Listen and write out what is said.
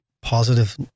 positive